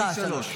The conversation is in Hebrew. סליחה, שלוש.